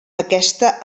aquesta